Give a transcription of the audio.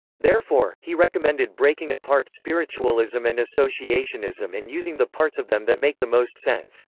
therefore, he recommended breaking apart spiritualism and associationism and using the parts of them that make the most sense.